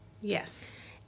yes